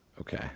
Okay